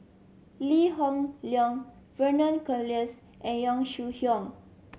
Lee Hoon Leong Vernon Cornelius and Yong Shu Hoong